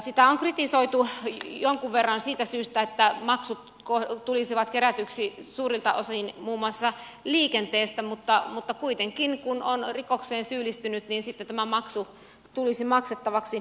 sitä on kritisoitu jonkun verran siitä syystä että maksut tulisivat kerätyiksi suurilta osin muun muassa liikenteestä mutta kuitenkin kun on rikokseen syyllistynyt niin sitten tämä maksu tulisi maksettavaksi